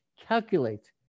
calculate